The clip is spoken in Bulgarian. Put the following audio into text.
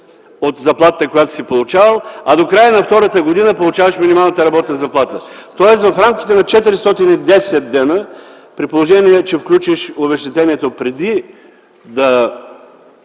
от заплатата, която си получавал, а до края на втората година получаваш минималната работна заплата, тоест в рамките на 410 дни. При положение, че включиш обезщетението преди да